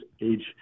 age